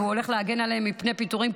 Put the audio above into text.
והוא הולך להגן עליהן מפני פיטורים,